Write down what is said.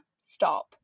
stop